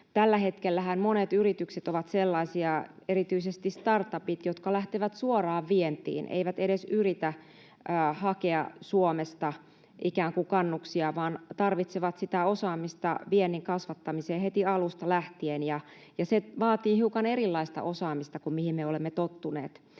Tällä hetkellähän monet yritykset, erityisesti startupit, ovat sellaisia, että ne lähtevät suoraan vientiin, eivät edes yritä hakea Suomesta ikään kuin kannuksia vaan tarvitsevat sitä osaamista viennin kasvattamiseen heti alusta lähtien, ja se vaatii hiukan erilaista osaamista kuin mihin me olemme tottuneet.